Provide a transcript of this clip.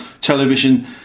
television